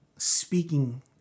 speaking